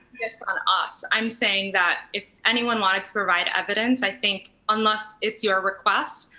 this on us. i'm saying that if anyone wanted to provide evidence, i think, unless it's your request.